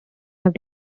have